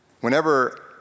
Whenever